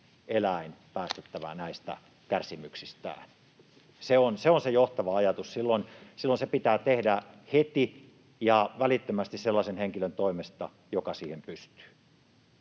eläin päästettävä näistä kärsimyksistään. Se on se johtava ajatus. Silloin se pitää tehdä heti ja välittömästi, sellaisen henkilön toimesta, joka siihen pystyy.